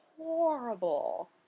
horrible